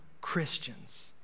Christians